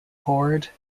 horde